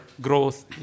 growth